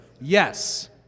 Yes